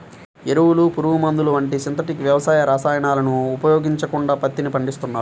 ఎరువులు, పురుగుమందులు వంటి సింథటిక్ వ్యవసాయ రసాయనాలను ఉపయోగించకుండా పత్తిని పండిస్తున్నారు